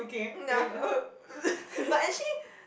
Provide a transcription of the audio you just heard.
mm ya but actually